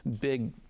big